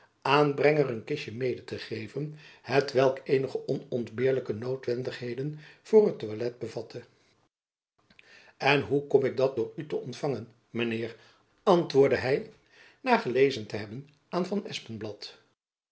aan brenger een kistjen mede te geven hetwelk eenige onontbeerlijke noodwendigheden voor het toilet bevatte en hoe kom ik dat door u te ontfangen mijn heer vroeg hy na gelezen te hebben aan van